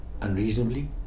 unreasonably